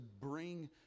bring